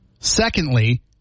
Secondly